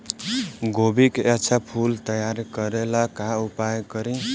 गोभी के अच्छा फूल तैयार करे ला का उपाय करी?